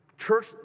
Church